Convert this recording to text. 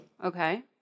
Okay